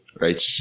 right